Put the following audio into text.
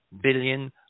billion